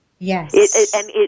Yes